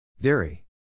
Dairy